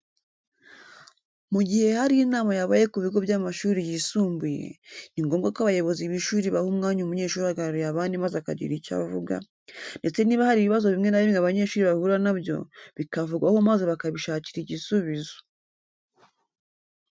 Mu gihe hari inama yabaye ku bigo by'amashuri yisumbuye, ni ngombwa ko abayobozi b'ishuri baha umwanya umunyeshuri uhagarariye abandi maze akagira icyo avuga, ndetse niba hari ibibazo bimwe na bimwe abanyeshuri bahura na byo, bikavugwaho maze bakabishakira igisubizo.